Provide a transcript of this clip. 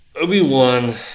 Obi-Wan